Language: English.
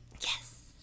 Yes